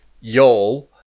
y'all